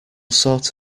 sort